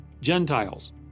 Gentiles